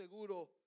seguro